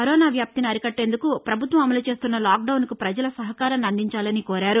corona వ్యాప్తిని అరికట్టేందుకు ప్రభుత్వం అమలు చేస్తున్న లాక్ డౌన్కు ప్రజలు సహకారాన్ని అందించాలని కోరారు